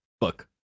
book